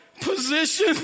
position